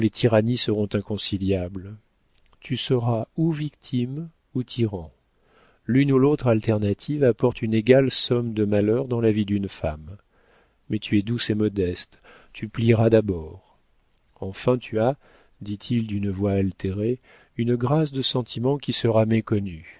tyrannies seront inconciliables tu seras ou victime ou tyran l'une ou l'autre alternative apporte une égale somme de malheurs dans la vie d'une femme mais tu es douce et modeste tu plieras d'abord enfin tu as dit-il d'une voix altérée une grâce de sentiment qui sera méconnue